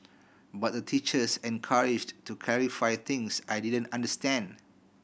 but the teachers encouraged to clarify things I didn't understand